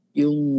yung